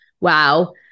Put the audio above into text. wow